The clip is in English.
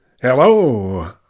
Hello